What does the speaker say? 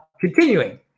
continuing